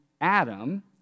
Adam